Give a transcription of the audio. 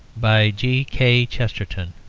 by g k. chesterton